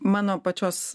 mano pačios